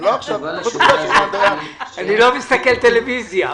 אני לא מסתכל טלוויזיה.